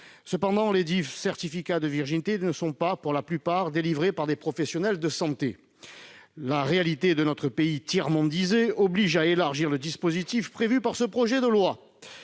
Cependant, lesdits certificats de virginité ne sont pas, pour la plupart, délivrés par des professionnels de santé. La réalité de notre pays tiers-mondisé oblige à élargir le dispositif prévu par ce projet de loi.